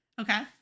Okay